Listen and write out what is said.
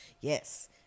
yes